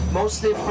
mostly